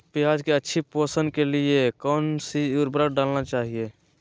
प्याज की अच्छी पोषण के लिए कौन सी उर्वरक डालना चाइए?